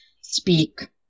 speak